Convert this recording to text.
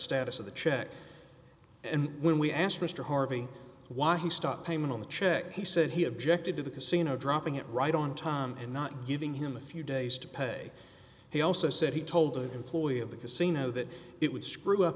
status of the check and when we asked mr harvey why he stopped payment on the check he said he objected to the casino dropping it right on time and not giving him a few days to pay he also said he told an employee of the casino that it would screw up